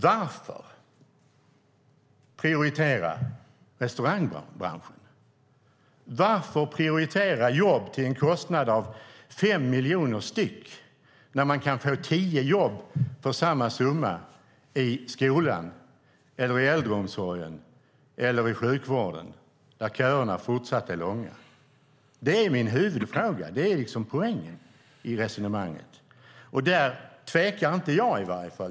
Varför ska man då prioritera restaurangbranschen? Varför ska man prioritera jobb till en kostnad av 5 miljoner per styck när man kan få tio jobb för samma summa i skolan, i äldreomsorgen eller i sjukvården där köerna fortsatt är långa? Det är min huvudfråga och poängen i resonemanget. Där tvekar i varje fall inte jag.